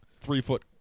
three-foot